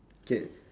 K